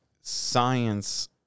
science